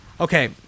Okay